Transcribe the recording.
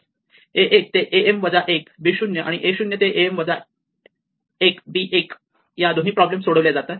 a 1 ते a m वजा 1 b 0 आणि a 0 ते a m वजा 1 b 1 या दोन्ही प्रॉब्लेम सोडवल्या जातात